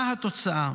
מה התוצאה?